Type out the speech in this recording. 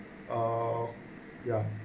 oh ya